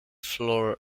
floor